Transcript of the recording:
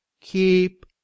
keep